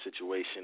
situation